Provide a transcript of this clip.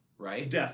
Right